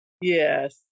Yes